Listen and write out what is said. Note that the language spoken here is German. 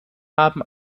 haben